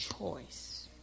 choice